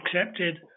accepted